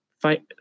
fight